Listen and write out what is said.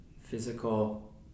physical